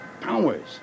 Powers